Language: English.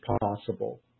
possible